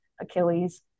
Achilles